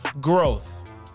growth